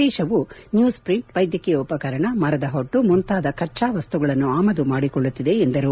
ದೇಶವು news print ವೈದ್ಯಕೀಯ ಉಪಕರಣ ಮರದ ಹೊಟ್ಟು ಮುಂತಾದ ಕಚ್ಚಾ ವಸ್ತುಗಳನ್ನು ಆಮದು ಮಾಡಿಕೊಳ್ಳುತ್ತಿದೆ ಎಂದರು